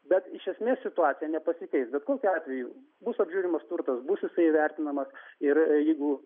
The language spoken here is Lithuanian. bet iš esmės situacija nepasikeis bet kokiu atveju bus apžiūrimas turtas bus jisai įvertinamas ir jeigu